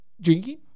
Drinking